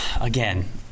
Again